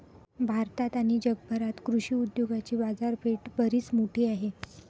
भारतात आणि जगभरात कृषी उद्योगाची बाजारपेठ बरीच मोठी आहे